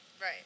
Right